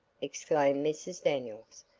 exclaimed mrs. daniels,